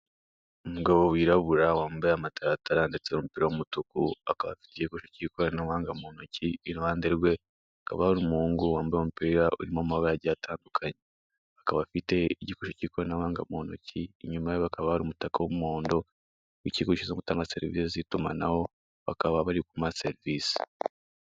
Umugabo wirabura wabaye amataratara ndetse n'umupira w'umutuku, akaba afite igikoresho cy'ikorabnabuhanga mu ntoki, iruhande rwe hakaba hari umuhungu, wambaye umupira urimo amabara agiye atandukanye, akaba afite igikoresho ry'ikoranabuhanga mu ntoki, inyuma yaho hakaba hari umutaka w'umuhondo w'ikigo gishinzwe gutanga serivise z'itumanaho, bakaba bari kumuha serivise.